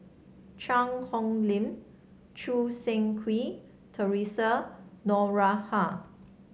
Cheang Hong Lim Choo Seng Quee Theresa Noronha